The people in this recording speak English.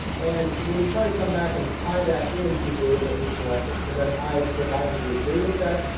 and then we try to come back and tie that into data that we've collected. so then i've provided you with data set,